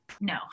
no